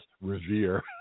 Revere